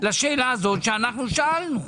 לשאלה ששאלנו?